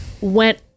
went